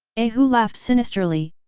a hu laughed sinisterly,